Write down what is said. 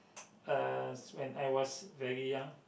uh when I was very young